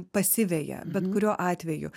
pasiveja bet kuriuo atveju